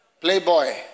Playboy